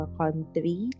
country